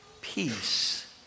peace